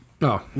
No